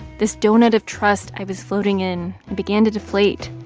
this doughnut of trust i was floating in began to deflate.